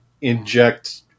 inject